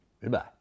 Goodbye